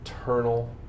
eternal